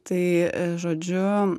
tai žodžiu